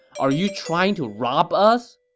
are you trying to rob us!